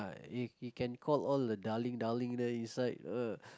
you you can call all the darling darling there inside uh